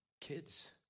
kids